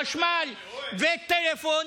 חשמל וטלפון.